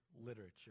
literature